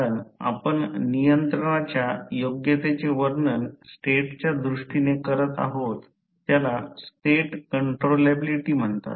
कारण आपण नियंत्रणाच्या योग्यतेचे वर्णन स्टेटच्या दृष्टीने करत आहोत त्याला स्टेट कंट्रोलॅबिलिटी म्हणतात